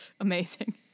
Amazing